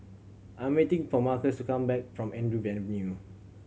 I'm waiting for Marcus to come back from Andrew Avenue